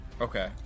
okay